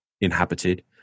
inhabited